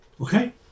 Okay